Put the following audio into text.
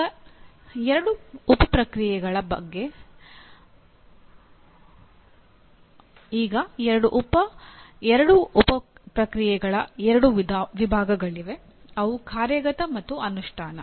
ಈಗ ಎರಡು ಉಪ ಪ್ರಕ್ರಿಯೆಗಳ ಎರಡು ವಿಭಾಗಗಳಿವೆ ಅವು ಕಾರ್ಯಗತ ಮತ್ತು ಅನುಷ್ಠಾನ